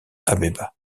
abeba